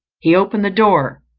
he opened the door,